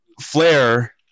Flair